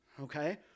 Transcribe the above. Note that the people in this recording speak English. Okay